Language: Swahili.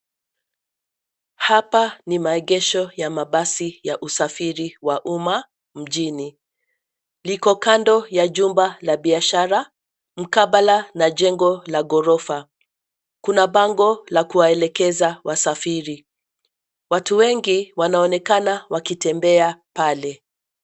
Hapa ni maegesho ya mabasi ya usafiri wa umma mjini. Liko kando ya jumba la biashara, mkabala na jengo la ghorofa. Kuna bango la kuwaelekeza wasafiri. Watu wengi wanaonekana wakitembea pale.